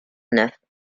neuf